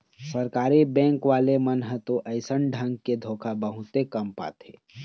सरकारी बेंक वाले मन ह तो अइसन ढंग के धोखा बहुते कम खाथे